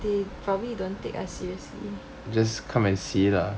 they probably don't take us seriously